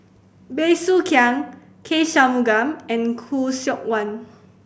Bey Soo Khiang K Shanmugam and Khoo Seok Wan